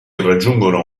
raggiungono